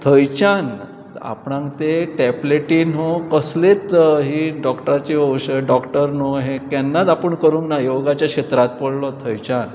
थंयच्यान आपणाक ते टॅबलेटीन न्हय कसलेच ही डॉक्टराची औषद डॉक्टर न्हय हें केन्नाच आपूण करूंक ना योगाच्या क्षेत्रांत पडलो थंयच्यान